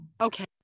Okay